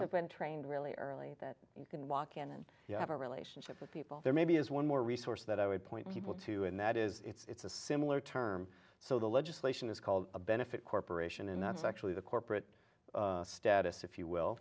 been trained really early that you can walk in and have a relationship with people there maybe is one more resource that i would point people to and that is it's a similar term so the legislation is called a benefit corporation and that's actually the corporate status if you will